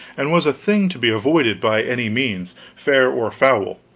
and was a thing to be avoided, by any means, fair or foul,